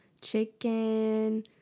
chicken